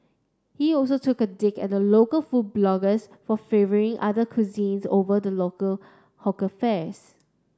he also took a dig at local food bloggers for favouring other cuisines over the local hawker fare